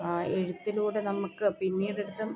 ആ എഴുത്തിലൂടെ നമുക്ക് പിന്നീട് എടുത്തും